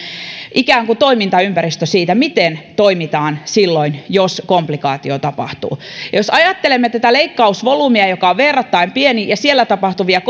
ikään kuin sopimuksellinen toimintaympäristö siihen miten toimitaan silloin jos komplikaatio tapahtuu ja jos ajattelemme tätä leikkausvolyymia joka on verrattain pieni ja siinä tapahtuvia